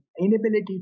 inability